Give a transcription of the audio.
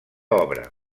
obra